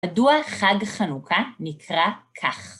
מדוע חג החנוכה נקרא כך.